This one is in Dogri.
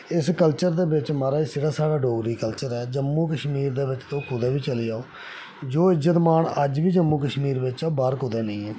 इस कल्चर दे बिच्च म्हाराज जेह्ड़ा साढ़ा डोगरी कल्चर ऐ जम्मू कश्मीर च तुस कुतै बी चली जाओ जो इज्जत मान अज्ज बी जम्मू कश्मीर च बाह्र कुतै बी नेईं ऐ